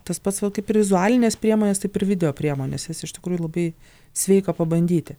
tas pats va kaip ir vizualinės priemonės taip ir video priemonės jas iš tikrųjų labai sveika pabandyti